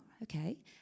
Okay